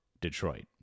Detroit